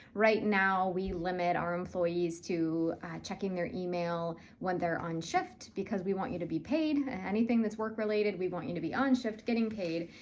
right now, we limit our employees to checking their email when they're on shift because we want you to be paid. anything that's work-related, we want you to be on shift getting paid,